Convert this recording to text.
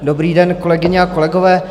Dobrý den, kolegyně a kolegové.